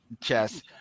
chess